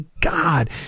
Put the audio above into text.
God